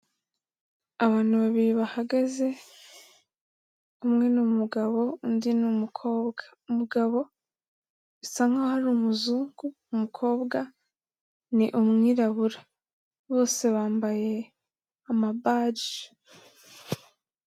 Abantu babiri bahagaze, umwe ni umugabo undi ni umukobwa, umugabo bisa nk'aho ari umuzungu, umukobwa ni umwirabura bose bambaye amabaji.